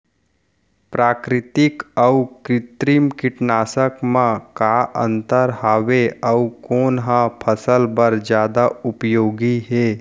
प्राकृतिक अऊ कृत्रिम कीटनाशक मा का अन्तर हावे अऊ कोन ह फसल बर जादा उपयोगी हे?